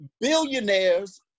Billionaires